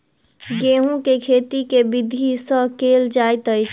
गेंहूँ केँ खेती केँ विधि सँ केल जाइत अछि?